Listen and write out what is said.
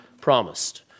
promised